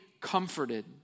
comforted